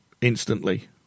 instantly